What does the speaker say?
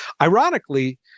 Ironically